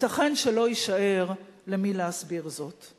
ייתכן שלא יישאר למי להסביר זאת.